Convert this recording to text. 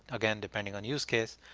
again, depending on use case.